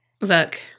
Look